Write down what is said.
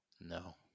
No